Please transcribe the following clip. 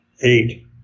eight